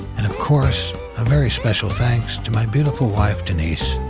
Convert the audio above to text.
and of course, a very special thanks to my beautiful wife denise